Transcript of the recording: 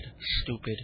stupid